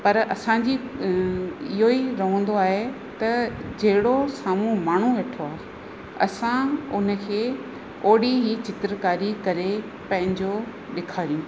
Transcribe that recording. पर असांजी इहो ई रहंदो आहे त जहिड़ो साम्हूं माण्हू वेठो आहे असां उन खे ओहिड़ी ई चित्रकारी करे पंहिंजो ॾेखारियूं